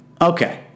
Okay